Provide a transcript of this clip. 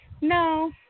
no